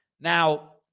Now